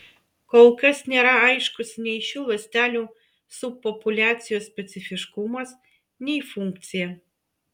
kol kas nėra aiškus nei šių ląstelių subpopuliacijos specifiškumas nei funkcija